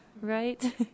Right